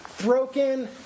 broken